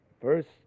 First